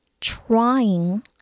trying